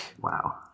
Wow